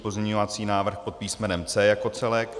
Pozměňovací návrh pod písmenem C jako celek.